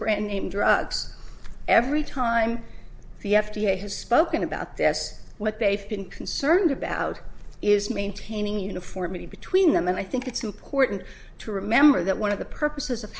brand name drugs every time the f d a has spoken about this what they've been concerned about is maintaining uniformity between them and i think it's important to remember that one of the purposes of